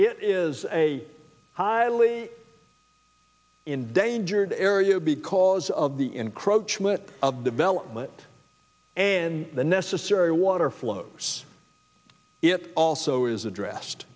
it is a highly endangered area because of the encroachment of development and the necessary water flows it also is addressed